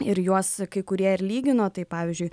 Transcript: ir juos kai kurie ir lygino tai pavyzdžiui